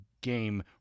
game